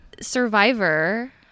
survivor